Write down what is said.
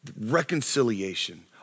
reconciliation